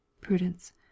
prudence